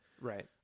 Right